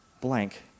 blank